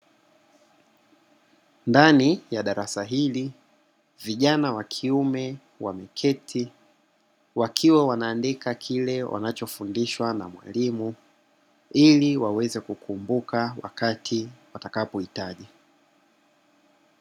Ndani ya darasa hili, vijana wa kiume wameketi wakiwa wanaandika kile wanachofundishwa na mwalimu, ili waweze kukumbuka wakati watakapohitaji.